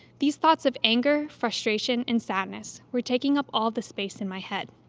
these thoughts of anger frustration and sadness were taking up all the space in my head.